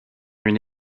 une